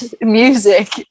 music